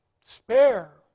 Spare